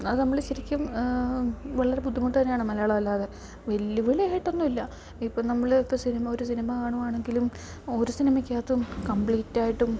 അത് നമ്മൾ ശരിക്കും വളരെ ബുദ്ധിമുട്ട് തന്നെയാണ് മലയാളം അല്ലാതെ വെല്ലുവിളിയായിട്ടൊന്നുമില്ല ഇപ്പം നമ്മൾ ഇപ്പം സിനിമ ഒരു സിനിമ കാണുവാണെങ്കിലും ഒരു സിനിമക്കകത്തും കമ്പ്ലീറ്റായ്ട്ടും